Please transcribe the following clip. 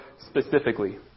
specifically